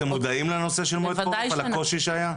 אתם מודעים לנושא של מועד חורף, על הקושי שהיה?